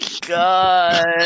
God